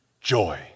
Joy